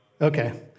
Okay